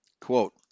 Quote